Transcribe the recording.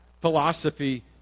philosophy